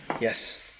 Yes